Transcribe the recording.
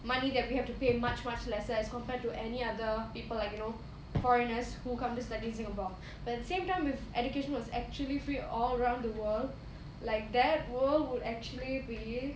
money that we have to pay much much lesser as compared to any other people like you know foreigners who come to study in singapore but at the same time if education was actually free all round the world like that world would actually be